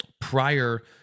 prior